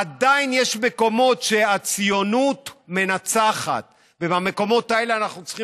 עדיין יש מקומות שהציונות מנצחת ובמקומות האלה אנחנו צריכים